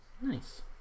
Nice